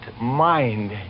mind